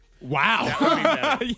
wow